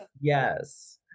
yes